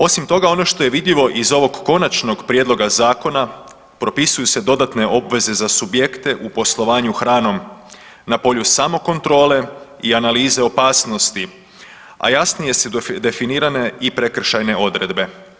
Osim toga, ono što je vidljivo iz ovog konačnog prijedloga zakona propisuju se dodatne obveze za subjekte u poslovanju hranom na polju samokontrole i analize opasnosti, a jasnije su definirane i prekršajne odredbe.